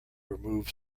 remove